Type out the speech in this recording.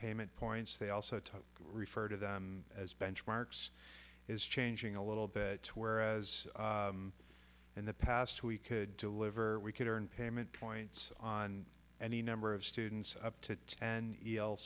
payment points they also talk refer to them as benchmarks is changing a little bit whereas in the past we could deliver we could earn payment points on any number of students up to and